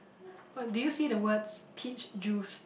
oh did you see the word peach juice